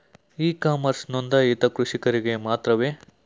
E commerce ನೊಂದಾಯಿತ ಕೃಷಿಕರಿಗೆ ಮಾತ್ರವೇ?